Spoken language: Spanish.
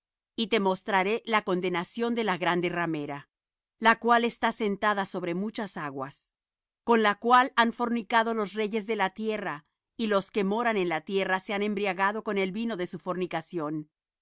y te mostraré la condenación de la grande ramera la cual está sentada sobre muchas aguas con la cual han fornicado los reyes de la tierra y los que moran en la tierra se han embriagado con el vino de su fornicación